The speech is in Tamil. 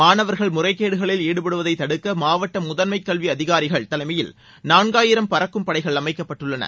மாணவர்கள் முறைகேடுகளில் ஈடுபடுவதை தடுக்க மாவட்ட முதன்மை கல்வி அதிகாரிகள் தலைமையில் நான்காயிரம் பறக்கும் படைகள் அமைக்கப்பட்டுள்ளன